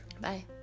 Bye